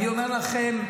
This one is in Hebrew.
אומר לכם,